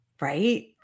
right